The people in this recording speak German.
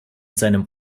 seinem